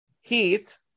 Heat